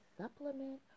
supplement